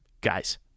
Guys